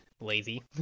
Lazy